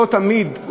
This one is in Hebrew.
לא תמיד,